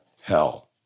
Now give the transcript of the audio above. hell